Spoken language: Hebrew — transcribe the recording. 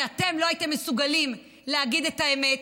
כי אתם לא הייתם מסוגלים להגיד את האמת,